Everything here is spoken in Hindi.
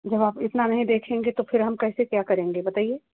जब आप इतना नहीं देखेंगे तो फ़िर हम कैसे क्या करेंगे बताइए